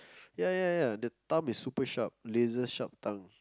ya ya ya the tongue is super sharp laser sharp tongue